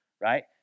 right